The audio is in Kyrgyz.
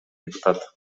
депутат